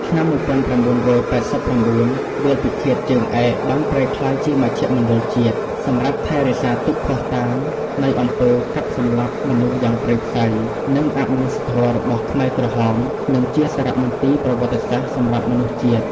ឆ្នាំ១៩៨៩ វាលពិឃាតជើងឯក បានប្រែក្លាយជាមជ្ឈមណ្ឌលជាតិ សម្រាប់ថែរក្សាទុកភ័ស្តុតាង នៃអំពើកាប់សម្លាប់មនុស្សយ៉ាងព្រៃផ្សៃ និងអមនុស្សធម៌របស់ខ្មែរក្រហម និងជាសារមន្ទីរប្រវត្តិសាស្ត្រសម្រាប់មនុស្សជាតិ។